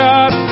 God